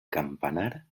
campanar